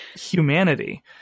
humanity